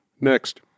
Next